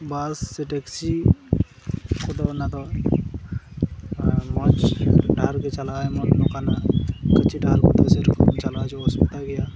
ᱵᱟᱥ ᱥᱮ ᱴᱮᱠᱥᱤ ᱠᱚᱫᱚ ᱚᱱᱟ ᱫᱚ ᱢᱚᱡᱽ ᱰᱟᱦᱟᱨ ᱜᱮ ᱪᱟᱞᱟᱜᱼᱟ ᱮᱢᱚᱱ ᱱᱚᱝᱠᱟᱱᱟᱜ ᱠᱟᱪᱷᱤ ᱰᱟᱦᱟᱨ ᱠᱚᱫᱚ ᱥᱮᱨᱚᱠᱚᱢ ᱪᱟᱞᱟᱣ ᱚᱥᱩᱵᱤᱫᱟ ᱜᱮᱭᱟ